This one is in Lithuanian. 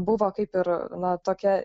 buvo kaip ir na tokia